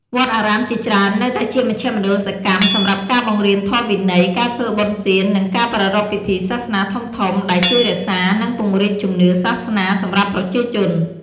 វត្តអារាមជាច្រើននៅតែជាមជ្ឈមណ្ឌលសកម្មសម្រាប់ការបង្រៀនធម៌វិន័យ ការធ្វើបុណ្យទាន និងការប្រារព្ធពិធីសាសនាធំៗ ដែលជួយរក្សា និងពង្រីកជំនឿសាសនាសម្រាប់ប្រជាជន។